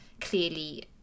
clearly